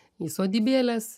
į sodybėles